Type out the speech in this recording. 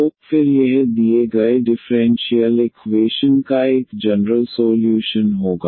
तो फिर यह दिए गए डिफ़्रेंशियल इकवेशन का एक जनरल सोल्यूशन होगा